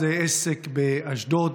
זה עסק באשדוד,